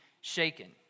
shaken